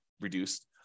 reduced